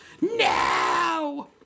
No